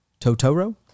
totoro